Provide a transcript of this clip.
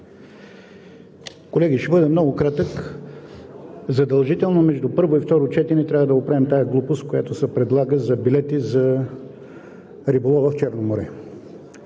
Колеги, ще бъда много кратък. Задължително между първо и второ четене трябва да оправим тази глупост, която се предлага – за билети за риболова в Черно море.